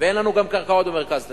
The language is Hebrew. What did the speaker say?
ואין לנו גם קרקעות במרכז תל-אביב.